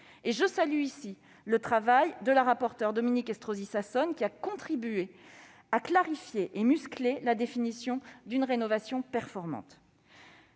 Je salue ici le travail du rapporteur Dominique Estrosi Sassone, qui a contribué à clarifier et à muscler la définition d'une rénovation performante.